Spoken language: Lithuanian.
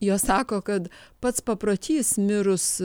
jos sako kad pats paprotys mirus